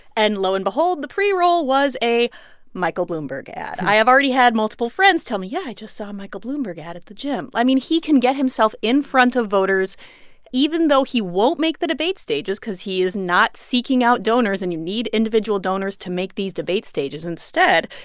and lo and behold, the pre-roll was a michael bloomberg ad. i have already had multiple friends tell me, yeah, i just saw a michael bloomberg ad at the gym. i mean, he can get himself in front of voters even though he won't make the debate stages because he is not seeking out donors. and you need individual donors to make these debate stages. instead,